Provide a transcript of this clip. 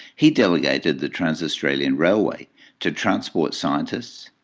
he delegated the trans-australian railway to transport scientists,